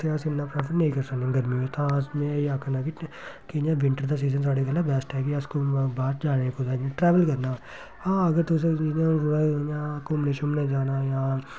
उत्थें अस इन्ना प्रैफर नेईं करी सकने गर्मी खास में एह् आखना कि जियां विंटर दा सीजन साढ़े कन्नै बैस्ट ऐ कि अस घूमन बाह्र जाने गी कुदै इयां ट्रैवल करना होऐ हां अगर तुसें इ'यां घूमने शूमने गी जाना जां